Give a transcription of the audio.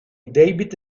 david